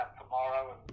tomorrow